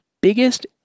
biggest